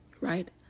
Right